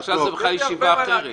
עכשיו זה ישיבה אחרת.